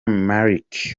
malik